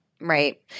Right